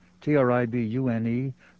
T-R-I-B-U-N-E